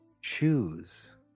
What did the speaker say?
choose